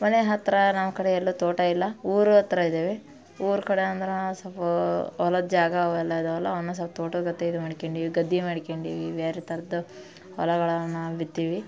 ಮನೆ ಹತ್ತಿರ ನಮ್ಮ ಕಡೆ ಎಲ್ಲ ತೋಟ ಇಲ್ಲ ಊರು ಹತ್ರ ಇದ್ದೇವೆ ಊರ ಕಡೆ ಅಂದ್ರೆ ಸಲ್ಪ ಹೊಲದ್ ಜಾಗ ಅವೆಲ್ಲ ಇದಾವಲ್ಲ ಸಲ್ಪ ತೋಟ ಗದ್ದೆ ಇದು ಮಾಡ್ಕ್ಯಂಡೀವಿ ಗದ್ದೆ ಮಾಡ್ಕ್ಯಂಡೀವಿ ಬೇರೆ ಥರದ ಹೊಲಗಳನ್ನು ಬಿತ್ತೀವಿ